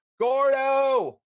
Gordo